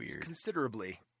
considerably